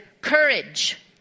courage